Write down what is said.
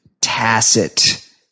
tacit